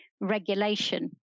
regulation